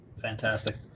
Fantastic